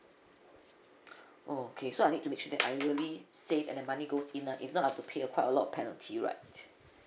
okay so I need to make sure that I really save and the money goes in ah if not I've to pay a quite a lot of penalty right